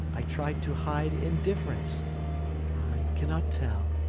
i tried to hide indifference i cannot tell.